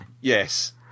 Yes